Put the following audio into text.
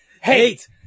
Hate